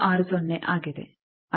360 ಆಗಿದೆ